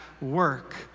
work